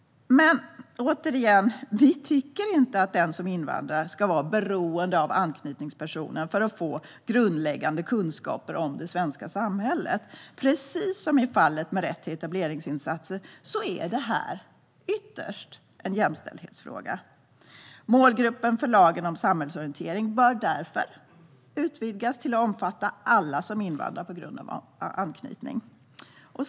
Men vi tycker, återigen, inte att den som invandrar ska vara beroende av anknytningspersonen för att få grundläggande kunskaper om det svenska samhället. Precis som i fallet med rätten till etableringsinsatser är detta ytterst en jämställdhetsfråga. Målgruppen för lagen om samhällsorientering bör därför utvidgas till att omfatta alla som invandrar på grund av anknytning.